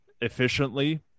efficiently